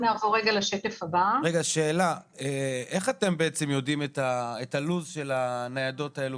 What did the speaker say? איך אתם יודעים את לוח הזמנים של הניידות הללו?